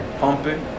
pumping